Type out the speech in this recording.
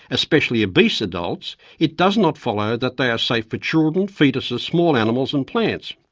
especially obese adults, it does not follow that they are safe for children, foetuses, small animals and plants.